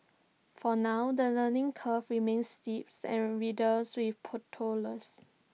for now the learning curve remains steep and riddled with